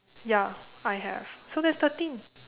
ya I have so that's thirteen